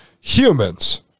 humans